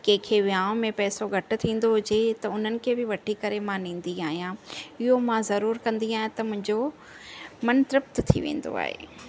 कंहिंखें विहाउ में पैसो घटि थींदो हुजे त उन्हनि खे बि वठी करे मां ॾींदी आहियां इहो मां ज़रूरु कंदी आहियां त मुंहिंजो मनु तृप्त थी वेंदो आहे